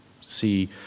see